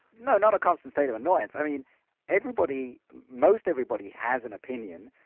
no, not a constant state of annoyance, i mean everybody, most everybody, has an opinion,